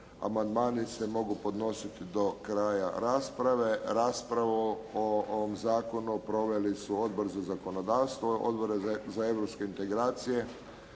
Amandmani se mogu podnositi do kraja rasprave. Raspravu o ovom zakonu proveli su Odbor za zakonodavstvo, Odbor za europske integracije